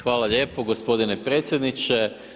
Hvala lijepo gospodine predsjedniče.